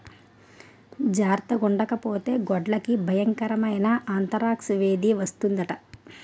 జార్తగుండకపోతే గొడ్లకి బయంకరమైన ఆంతరాక్స్ వేది వస్తందట